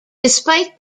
despite